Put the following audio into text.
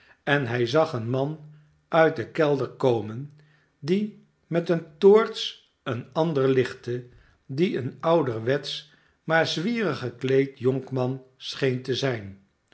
en hij zag een man uit den kelder komen die met een toorts een ander lichtte die een ouderwetsch maar zwierig gekleed jonkman scheen te zijn